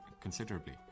considerably